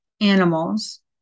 animals